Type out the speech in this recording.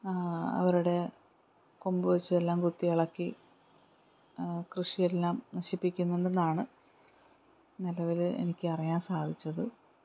അവരുടെ കൊമ്പ് വച്ചിതെല്ലാം കുത്തി ഇളക്കി കൃഷിയെല്ലാം നശിപ്പിക്കുന്നുണ്ടെന്നാണ് നിലവിൽ എനിക്കറിയാൻ സാധിച്ചത്